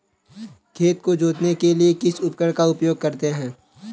खेत को जोतने के लिए किस उपकरण का उपयोग करते हैं?